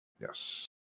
Yes